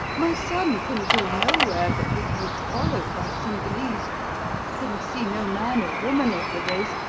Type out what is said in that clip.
my son can go nowhere but that he is followed by cingalese can see no man or woman of the race,